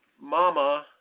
mama